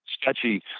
sketchy